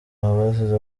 abasize